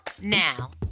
now